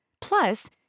Plus